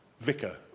vicar